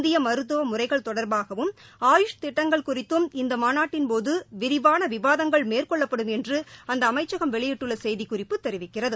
இந்திய மருத்துவ முறைகள் தொடர்பாகவும் ஆயூஷ் திட்டங்கள் குறித்தும் இந்த மாநாட்டின்போது விரிவான விவாதங்கள் மேற்கொள்ளப்படும் என்று அந்த அமைச்சகம் வெளியிட்டுள்ள செய்திக்குறிப்பு தெரிவிக்கிறது